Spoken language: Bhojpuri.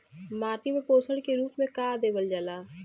माटी में पोषण के रूप में का देवल जाला?